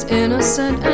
innocent